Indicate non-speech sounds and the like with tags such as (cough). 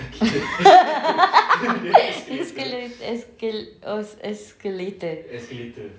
(laughs) escalator esca~ os~ as~ escalator